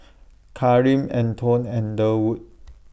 Karim Antone and Durwood